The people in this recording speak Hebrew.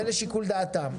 זה לשיקול דעתם.